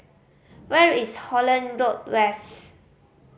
where is Holland Road West